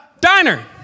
Diner